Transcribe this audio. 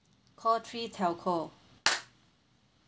call three telco